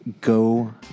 go